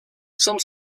some